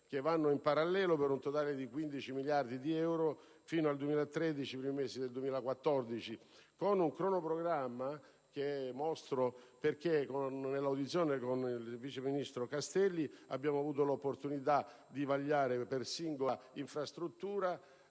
che procedono in parallelo, per un totale di 15 miliardi di euro fino al 2013 e ai primi mesi del 2014, con un cronoprogramma che nel corso dell'audizione del vice ministro Castelli abbiamo avuto l'opportunità di vagliare per singola infrastruttura,